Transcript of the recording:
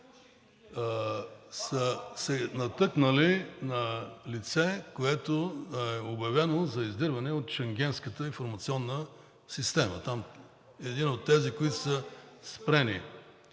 …са се натъкнали на лице, което е обявено за издирване от Шенгенската информационна система, един от тези, които са спрени.